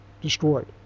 destroyed